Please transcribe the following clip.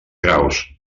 graus